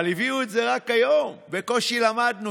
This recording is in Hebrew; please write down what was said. הביאו את זה רק היום, בקושי למדנו.